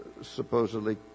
supposedly